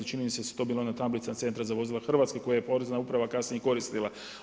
Čini mi se da se to bile one tablice Centra za vozila Hrvatske koje Porezna uprava kasnije koristila.